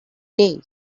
day